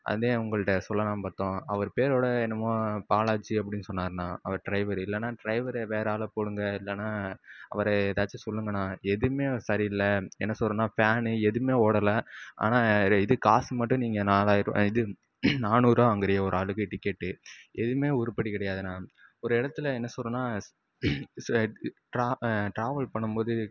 அதான் உங்கள்கிட்ட சொல்லலாம் பார்த்தோம் அவரு பேருக்கூட என்னமோ பாலாஜி அப்படின் சொன்னாருண்ணா அவர் டிரைவரு இல்லைன்னா டிரைவரு வேறே ஆளை போடுங்க இல்லைன்னா அவரை எதாச்சு சொல்லுங்கண்ணா எதுமே சரியில்லை என்ன சொல்றேன்னா ஃபேனு எதுவுமே ஓடலை ஆனால் ரே இது காசு மட்டும் நீங்கள் நாலாயிரருவா இது நானூறுரூவா வாங்கறியே ஒரு ஆளுக்கு டிக்கெட்டு எதுவுமே உருப்படி கிடையாதுண்ணா ஒரு இடத்துல என்ன சொல்றேன்னா ஸ் சில டிரா டிராவல் பண்ணும்போது